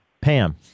Pam